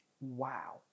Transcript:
Wow